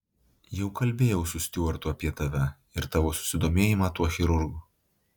jau kalbėjau su stiuartu apie tave ir tavo susidomėjimą tuo chirurgu